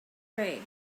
pray